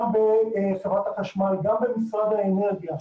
גם בחברת החשמל, גם במשרד האנרגיה,